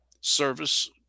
Service